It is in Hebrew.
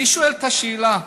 אני שואל את השאלה: